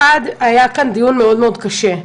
היה כאן דיון מאוד מאוד קשה.